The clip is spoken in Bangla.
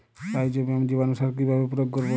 রাইজোবিয়াম জীবানুসার কিভাবে প্রয়োগ করব?